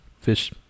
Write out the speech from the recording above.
fish